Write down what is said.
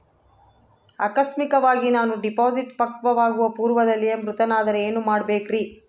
ಆಕಸ್ಮಿಕವಾಗಿ ನಾನು ಡಿಪಾಸಿಟ್ ಪಕ್ವವಾಗುವ ಪೂರ್ವದಲ್ಲಿಯೇ ಮೃತನಾದರೆ ಏನು ಮಾಡಬೇಕ್ರಿ?